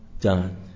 done